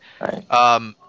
Right